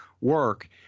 work